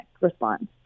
response